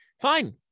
fine